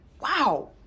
wow